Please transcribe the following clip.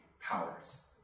powers